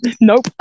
Nope